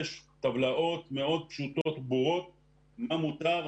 יש טבלאות מאוד פשוטות וברורות מה מותר,